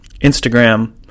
Instagram